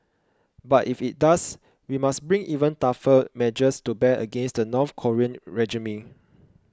but if it does we must bring even tougher measures to bear against the North Korean regime